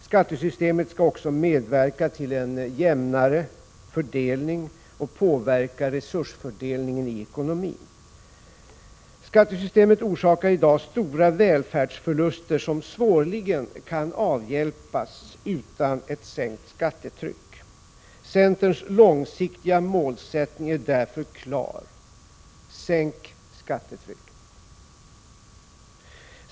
Skattesystemet skall också medverka till en jämnare fördelning och påverka resursfördelningen i ekonomin. Skattesystemet orsakar i dag stora välfärdsförluster, som svårligen kan avhjälpas utan ett sänkt skattetryck. Centerns långsiktiga målsättning är därför klar: Sänk skattetrycket!